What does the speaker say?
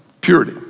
Purity